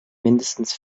mindestens